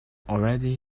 already